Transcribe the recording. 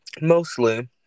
Mostly